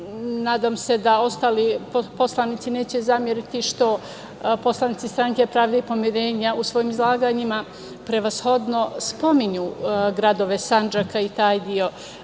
se da ostali poslanici neće zameriti što poslanici Stranke pravde i pomirenja u svojim izlaganjima prevashodno spominju gradove Sandžaka i taj deo